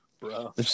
bro